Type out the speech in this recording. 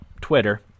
twitter